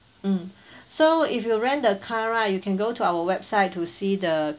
mm so if you rent the car right you can go to our website to see the